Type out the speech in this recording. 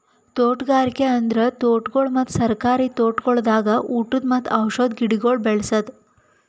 ತೋಟಗಾರಿಕೆ ಅಂದುರ್ ತೋಟಗೊಳ್ ಮತ್ತ ಸರ್ಕಾರಿ ತೋಟಗೊಳ್ದಾಗ್ ಊಟದ್ ಮತ್ತ ಔಷಧ್ ಗಿಡಗೊಳ್ ಬೆ ಳಸದ್